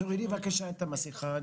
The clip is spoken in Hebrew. תורידי בבקשה את המסכה,